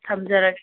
ꯊꯝꯖꯔꯒꯦ